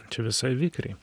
čia visai vikriai